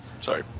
Sorry